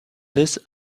this